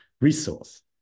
resource